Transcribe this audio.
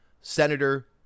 Senator